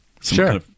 Sure